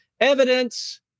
Evidence